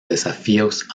desafíos